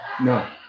No